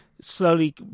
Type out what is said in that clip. slowly